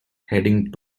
heading